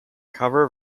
cover